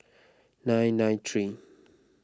nine nine three